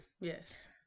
Yes